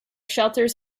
shelters